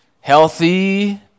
healthy